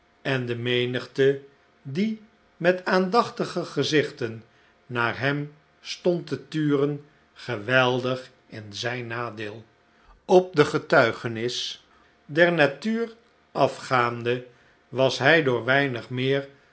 en de menigte die met aandachtige gezichten naar hem stond te turen geweldig in zijn nadeel op de getuigenis der natuur afgaande was hij door weinig meer